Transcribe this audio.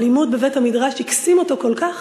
הלימוד בבית-המדרש הקסים אותו כל כך